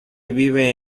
vive